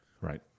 Right